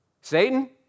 Satan